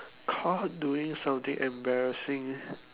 caught doing something embarrassing